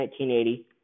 1980